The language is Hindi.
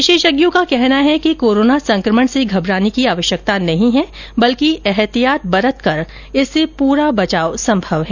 विशेषज्ञों का कहना है कि कोरोना संकमण से घबराने की आवश्यकता नहीं है बल्कि एहतियात बरतकर इससे पूरा बचाव संभव है